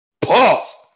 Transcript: pause